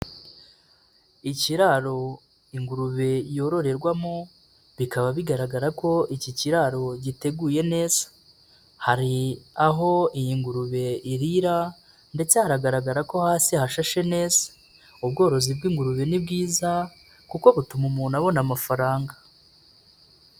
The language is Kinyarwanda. Ikiraro ingurube yororerwamo bikaba bigaragara ko iki kiraro giteguye neza, hari aho iyi ngurube irira ndetse hagaragara ko hasi hashashe neza, ubworozi bw'ingurube ni bwiza kuko butuma umuntu abona amafaranga.